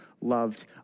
loved